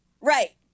Right